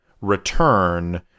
return